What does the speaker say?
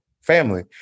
family